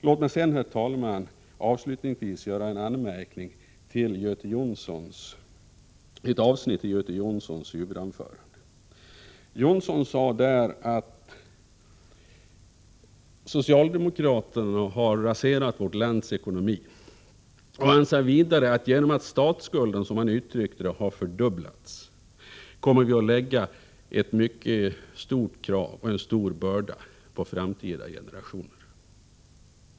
Låt mig sedan, herr talman, avslutningsvis göra en anmärkning till ett avsnitt i Göte Jonssons huvudanförande. Han sade där att socialdemokraterna har raserat vårt lands ekonomi. Han sade vidare att genom att statsskulden — som han uttryckte det — har fördubblats kommer vi att lägga en mycket stor börda på framtida generationer.